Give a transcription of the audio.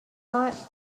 not